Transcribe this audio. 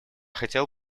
хотел